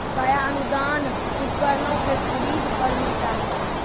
कया अनुदान उपकरणों के खरीद पर मिलता है?